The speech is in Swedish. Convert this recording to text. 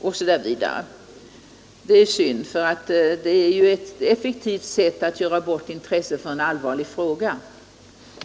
osv. Att debatten har urartat är skada, eftersom det är ett effektivt sätt att ta bort intresset för en allvarlig fråga.